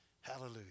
Hallelujah